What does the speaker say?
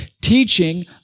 Teaching